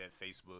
Facebook